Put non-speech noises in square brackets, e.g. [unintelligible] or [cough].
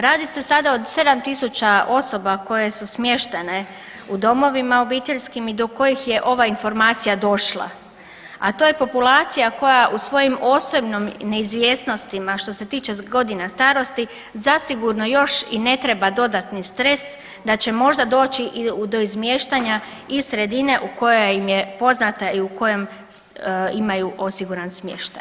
Radi se sada o 7 000 osoba koje su smještene u domovima obiteljskim i do kojih je ova informacija došla, a to je populacija koja u svojim ... [unintelligible] i neizvjesnostima što se tiče godina starosti, zasigurno još i ne treba dodatni stres da će možda doći i to izmještanja iz sredine koja im je poznata i u kojem imaju osiguran smještaj.